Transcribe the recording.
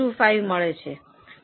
625 મળે છે